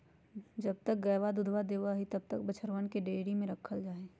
जब तक गयवा दूधवा देवा हई तब तक बछड़वन के डेयरी में रखल जाहई